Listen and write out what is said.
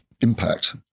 impact